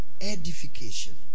Edification